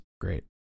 great